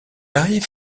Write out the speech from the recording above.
arrive